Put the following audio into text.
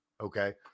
Okay